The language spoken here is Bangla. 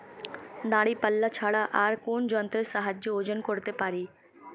দাঁড়িপাল্লা ছাড়া আর কোন যন্ত্রের সাহায্যে ওজন করতে পারি?